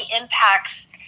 impacts